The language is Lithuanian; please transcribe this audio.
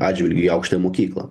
atžvilgiu į aukštąją mokyklą